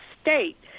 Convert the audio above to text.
state